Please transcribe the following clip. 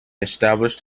established